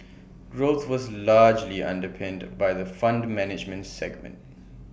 growth was largely underpinned by the fund management segment